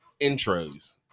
intros